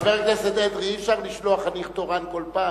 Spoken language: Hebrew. חבר הכנסת אדרי, אי-אפשר לשלוח חניך תורן כל פעם.